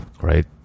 Right